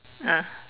ah